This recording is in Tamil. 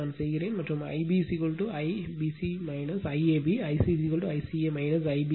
நான் செய்கிறேன் மற்றும் Ib IBC IAB and I c ICA IBC